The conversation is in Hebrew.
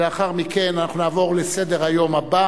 ולאחר מכן אנחנו נעבור לנושא הבא בסדר-היום.